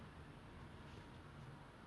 ah alaipaayuthae [one] I know mathavan right